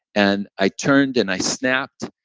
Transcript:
and i turned and i snapped,